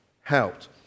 helped